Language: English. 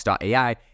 AI